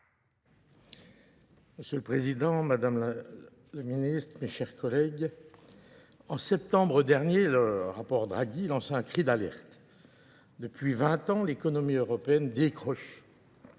Monsieur le Président, Madame le Ministre, mes chers collègues. En septembre dernier, le rapport Draghi lançait un cri d'alerte. Depuis 20 ans, l'économie européenne décroche.